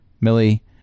Millie